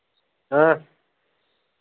हां